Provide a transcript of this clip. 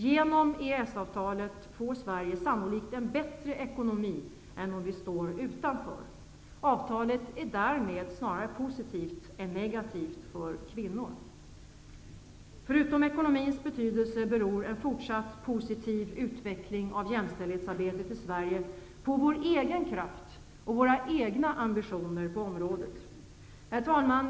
Genom EES avtalet får Sverige sanolikt en bättre ekonomi än om vi står utanför. Avtalet är därmed snarare positivt än negativt för kvinnor. Förutom ekonomins betydelse beror en fortsatt positiv utveckling av jämställdhetsarbetet i Sverige på vår egen kraft och våra egna ambitioner på området. Herr talman!